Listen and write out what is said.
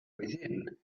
within